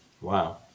Wow